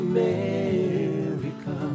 America